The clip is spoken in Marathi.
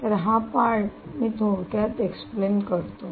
तर हा पार्ट मी थोडक्यात एक्सप्लेन करतो